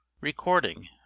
Recording